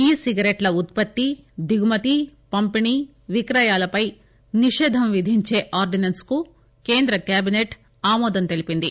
ఈ సిగరెట్ల ఉత్పత్తి దిగుమతి పంపిణీ విక్రయాలపై నిషేధం విధించే ఆర్దినెన్స్ కు కేంద్ర కేబిసెట్ ఆమోదం తెలిపింది